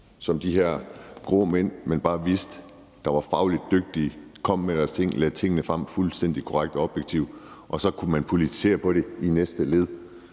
som de her grå mænd, man bare vidste var fagligt dygtige, kom med deres ting og lagde tingene frem fuldstændig korrekt og objektivt, og så kunne man politisere på det i næste led.